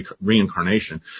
reincarnation